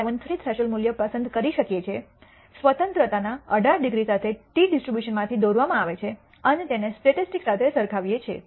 73 threshold મૂલ્ય પસંદ કરી શકીએ છીએ સ્વતંત્રતાના 18 ડિગ્રી સાથે ટી ડિસ્ટ્રીબ્યુશન માંથી દોરવામાં આવે છે અને તેને સ્ટેટિસ્ટિક્સ સાથે સરખાવીએ છીએ